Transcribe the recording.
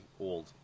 old